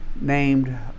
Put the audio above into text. named